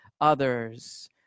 others